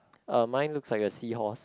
uh mine looks like a seahorse